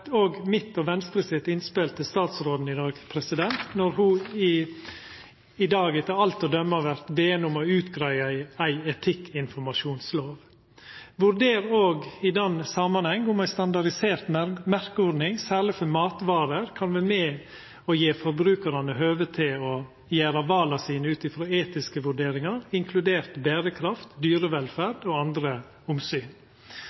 òg mitt og Venstres innspel til statsråden når ho i dag etter alt å døma vert beden om å greia ut ei etikkinformasjonslov: Vurder òg i den samanheng om ei standardisert merkeordning, særleg for matvarer, kan vera med og gje forbrukarane høve til å gjera vala sine ut frå etiske vurderingar, inkludert berekraft,